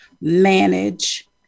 manage